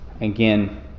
Again